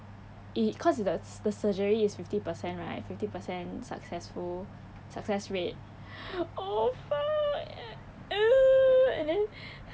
if cause it's the the surgery is fifty percent right fifty percent successful success rate oh fuck and then